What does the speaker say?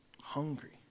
Hungry